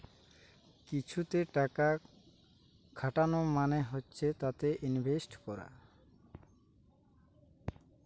কিছুতে টাকা খাটানো মানে হচ্ছে তাতে ইনভেস্টমেন্ট করা